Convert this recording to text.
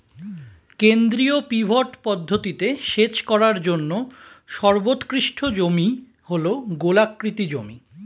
কেন্দ্রীয় পিভট পদ্ধতিতে সেচ করার জন্য সর্বোৎকৃষ্ট জমি হল গোলাকৃতি জমি